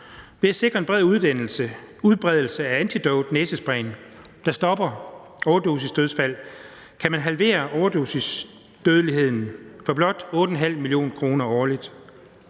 Ved at sikre en bred udbredelse af antidotnæsesprayen, der stopper overdosisdødsfald, kan man halvere overdosisdødeligheden for blot 8,5 mio. kr. årligt.